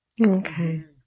Okay